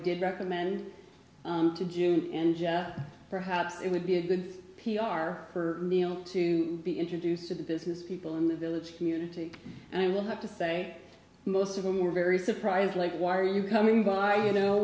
did recommend to june and perhaps it would be a good p r for neal to be introduced to the business people in the village community and i will have to say most of them were very surprised like why are you coming by you know